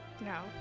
No